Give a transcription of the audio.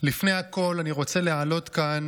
לפני הכול אני רוצה להעלות כאן